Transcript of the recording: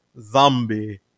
zombie